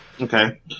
Okay